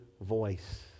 voice